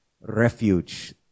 refuge